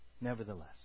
Nevertheless